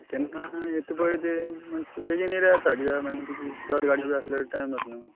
केन्ना येता पळय ती बेगीन आयल्यार जाता कित्या मागीर तड गाडयो आसल्यार टायम जातलो न्ही मागीर